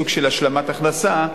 סוג של השלמת הכנסה.